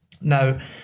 Now